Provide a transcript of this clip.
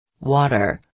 Water